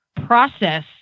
process